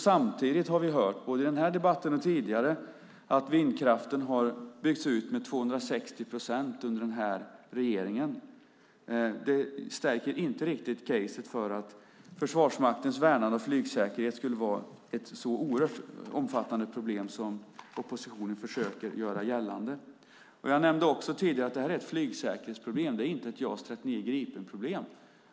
Samtidigt har vi hört, både i den här debatten och tidigare, att vindkraften har byggts ut med 260 procent under den här regeringen. Det stärker inte riktigt ert case för att Försvarsmaktens värnande av flygsäkerhet skulle vara ett så oerhört omfattande problem som ni i oppositionen försöker göra gällande. Jag nämnde också tidigare att det här är ett flygsäkerhetsproblem och inte ett JAS 39 Gripen-problem.